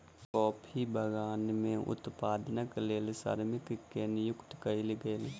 coffee बगान में उत्पादनक लेल श्रमिक के नियुक्ति कयल गेल